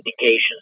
indications